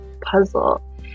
puzzle